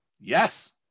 Yes